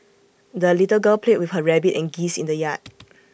the little girl played with her rabbit and geese in the yard